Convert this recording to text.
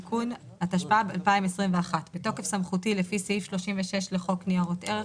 בתוקף סמכותי לפי סעיף 36 לחוק ניירות ערך,